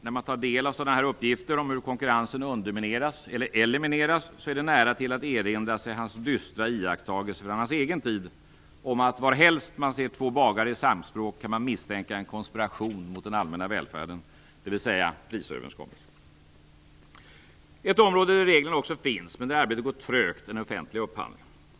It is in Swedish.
När man tar del av sådana här uppgifter om hur konkurrensen undermineras eller elimineras är det nära till att erinra sig hans dystra iakttagelse från hans egen tid om att man varhelst man ser två bagare i samspråk kan misstänka en konspiration mot den allmänna välfärden, dvs. prisöverenskommelser. Ett annat område där reglerna också finns, men där arbetet går trögt, är den offentliga upphandlingen.